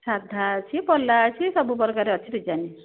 ସାଧା ଅଛି ପଲା ଅଛି ସବୁ ପ୍ରକାର ଅଛି ଡିଜାଇନ୍